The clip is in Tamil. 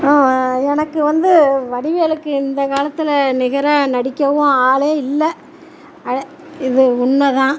ஆமா எனக்கு வந்து வடிவேலுக்கு இந்த காலத்தில் நிகராக நடிக்கவும் ஆளே இல்லை அழ இது உண்மைதான்